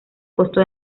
costo